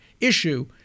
issue